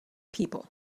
people